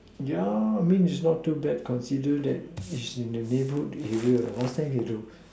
yeah means it's not too bad consider that it's in the neighbourhood area last time we have to